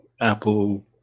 apple